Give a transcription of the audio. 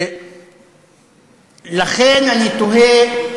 ולכן אני תוהה,